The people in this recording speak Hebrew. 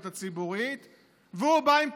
הציבור ישלם על זה בעליית מיסים,